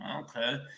Okay